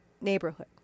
neighborhood